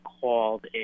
called